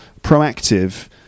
proactive